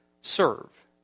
serve